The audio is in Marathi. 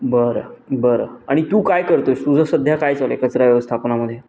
बरं बरं आणि तू काय करतो आहेस तुझं सध्या काय चाललं आहे कचरा व्यवस्थानामध्ये